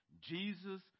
Jesus